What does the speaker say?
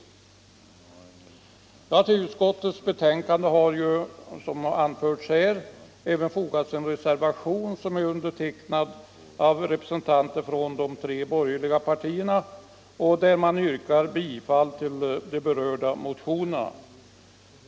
Till utskottets betänkande har, som anförts här, fogats en reservation av representanter för de tre borgerliga partierna, vari man yrkar bifall till de berörda motionerna.